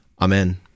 Amen